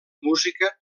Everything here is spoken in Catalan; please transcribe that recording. música